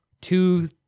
two